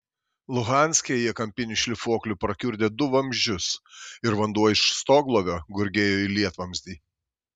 luhanske jie kampiniu šlifuokliu prakiurdė du vamzdžius ir vanduo iš stoglovio gurgėjo į lietvamzdį